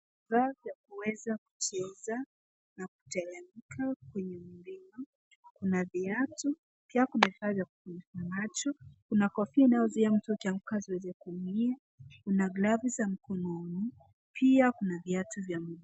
Vifaa vya kuweza kucheza na kuteremka kwenye mlima. Kuna viatu, pia kuna vifaa vya kujifunika macho, kuna kofia inayozia mtu akianguka asiweze kuumia, kuna glavu za mkononi, pia kuna viatu vya mguu.